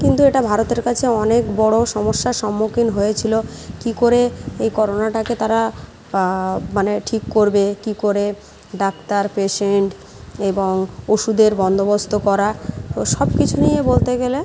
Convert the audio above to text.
কিন্তু এটা ভারতের কাছে অনেক বড়ো সমস্যার সম্মুখীন হয়েছিলো কী করে এই করোনাটাকে তারা মানে ঠিক করবে কী করে ডাক্তার পেসেন্ট এবং ওষুধের বন্দোবস্ত করা ও সব কিছু নিয়ে বলতে গেলে